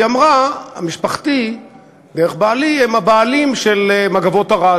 היא אמרה: משפחתי דרך בעלי הם הבעלים של "מגבות ערד",